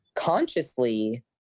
Consciously